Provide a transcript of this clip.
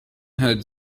hood